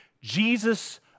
Jesus